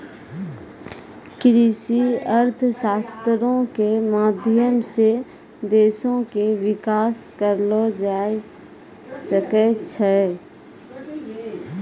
कृषि अर्थशास्त्रो के माध्यम से देशो के विकास करलो जाय सकै छै